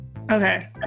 okay